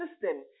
system